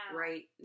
right